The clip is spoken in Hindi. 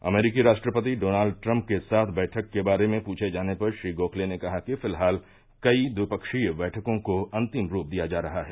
अमरीकी राष्ट्रपति डोनाल्ड ट्रंप के साथ बैठक के बारे में पुछे जाने पर श्री गोखले ने कहा कि फिलहाल कई द्विपक्षीय बैठकों को अंतिम रूप दिया जा रहा है